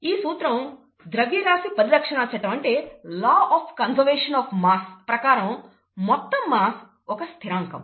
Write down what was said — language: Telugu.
ఈ సూత్రం ద్రవ్యరాశి పరిరక్షణ చట్టం ప్రకారం మొత్తం మాస్ ఒక స్థిరాంకం